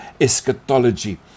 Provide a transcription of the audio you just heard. eschatology